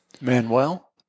Manuel